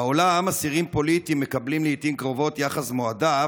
בעולם אסירים פוליטיים מקבלים לעיתים קרובות יחס מועדף,